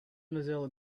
mozilla